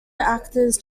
actors